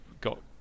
got